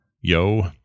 Yo